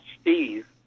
Steve